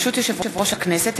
ברשות יושב-ראש הכנסת,